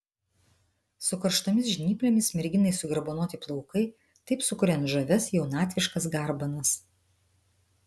su karštomis žnyplėmis merginai sugarbanoti plaukai taip sukuriant žavias jaunatviškas garbanas